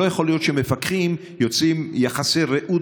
לא יכול להיות שמפקחים יוצרים יחסי רעות